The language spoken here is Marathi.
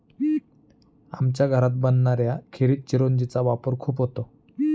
आमच्या घरात बनणाऱ्या खिरीत चिरौंजी चा वापर खूप होतो